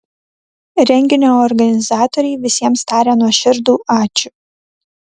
renginio organizatoriai visiems taria nuoširdų ačiū